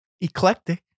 eclectic